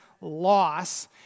loss